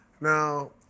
Now